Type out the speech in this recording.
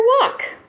walk